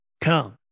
come